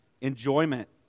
enjoyment